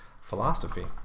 philosophy